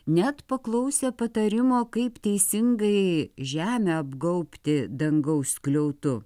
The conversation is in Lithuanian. net paklausė patarimo kaip teisingai žemę apgaubti dangaus skliautu